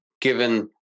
given